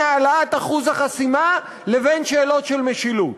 העלאת אחוז החסימה לבין שאלות של משילות.